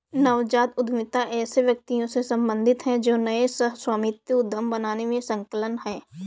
नवजात उद्यमिता ऐसे व्यक्तियों से सम्बंधित है जो नए सह स्वामित्व उद्यम बनाने में संलग्न हैं